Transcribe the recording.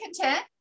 content